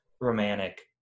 romantic